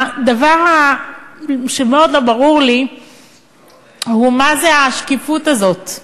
הדבר שמאוד לא ברור לי הוא מה זו השקיפות הזאת.